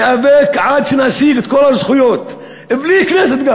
ניאבק עד שנשיג את כל הזכויות גם בלי כנסת.